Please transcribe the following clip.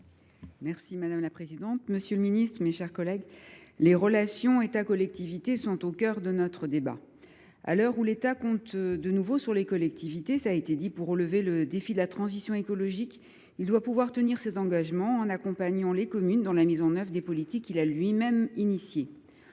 Madame la présidente, monsieur le ministre, mes chers collègues, les relations entre l’État et les collectivités sont au cœur de notre débat. Si l’État compte de nouveau sur les collectivités pour relever le défi de la transition écologique, il doit tenir ses engagements et accompagner les communes dans la mise en œuvre les politiques qu’il a lui même initiées.